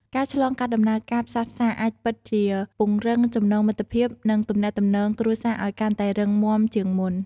ការឆ្លងកាត់ដំណើរការផ្សះផ្សា អាចពិតជាពង្រឹងចំណងមិត្តភាព និងទំនាក់ទំនងគ្រួសារឱ្យកាន់តែរឹងមាំជាងមុន។